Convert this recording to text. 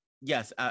Yes